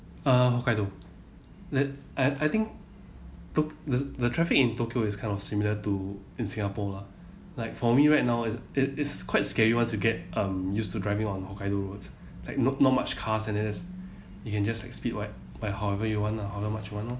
uh hokkaido that I I think tok~ the the traffic in tokyo is kind of similar to in singapore lah like for me right now is it's quite scary once you get um used to driving on hokkaido like not not much cars and then you can just like speed by by however you want lah however much you want lor